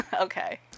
Okay